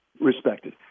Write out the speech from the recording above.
respected